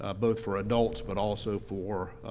ah both for adults but also for,